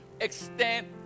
extend